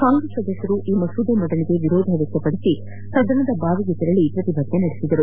ಕಾಂಗ್ರೆಸ್ ಸದಸ್ದರು ಈ ಮಸೂದೆ ಮಂಡನೆಗೆ ವಿರೋಧ ವ್ವಕ್ಪಡಿಸಿ ಸದನದ ಬಾವಿಗೆ ತೆರಳಿ ಪ್ರತಿಭಟನೆ ನಡೆಸಿದರು